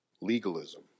Legalism